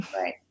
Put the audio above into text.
Right